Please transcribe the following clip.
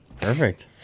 perfect